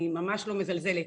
אני ממש לא מזלזלת,